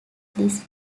this